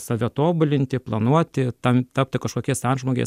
save tobulinti planuoti tam tapti kažkokiais antžmogiais